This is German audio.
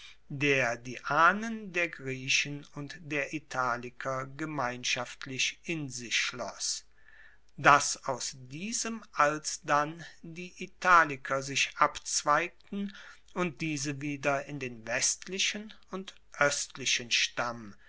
der die ahnen der griechen und der italiker gemeinschaftlich in sich schloss dass aus diesem alsdann die italiker sich abzweigten und diese wieder in den westlichen und oestlichen stamm